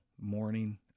morning